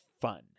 fun